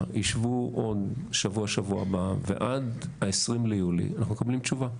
ישבו שבוע הבא ועד ה-20 ביולי אנחנו מקבלים תשובה,